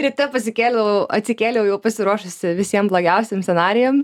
ryte pasikėliau atsikėliau jau pasiruošusi visiem blogiausiem scenarijam